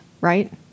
right